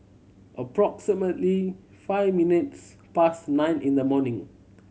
approximately five minutes past nine in the morning